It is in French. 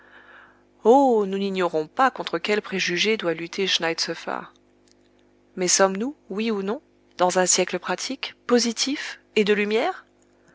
oh nous n'ignorons pas contre quels préjugés doit lutter schneitzoëffer mais sommes-nous oui ou non dans un siècle pratique positif et de lumières